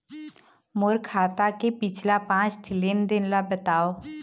मोर खाता के पिछला पांच ठी लेन देन ला बताव?